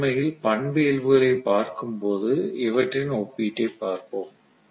நாம் உண்மையில் பண்பியல்புகளை பார்க்கும்போது இவற்றின் ஒப்பீட்டை பார்ப்போம்